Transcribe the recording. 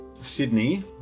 Sydney